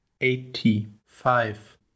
Eighty-five